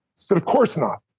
said, of course not.